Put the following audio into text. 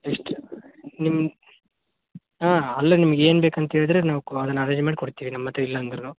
ಎಷ್ಟು ನಿಮ್ಮ ಹಾಂ ಅಲ್ಲೇ ನಿಮ್ಗೇನು ಬೇಕಂತ ಹೇಳಿದ್ರೆ ನಾವು ಕೋ ಅದನ್ನ ಅರೆಂಜ್ ಮಾಡಿ ಕೊಡ್ತೀವಿ ನಮ್ಮ ಹತ್ರ ಇಲ್ಲ ಅಂದರೂನು